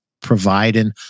providing